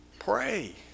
Pray